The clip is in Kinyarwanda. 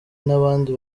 n’abandi